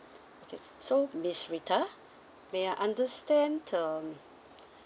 okay so miss rita may I understand um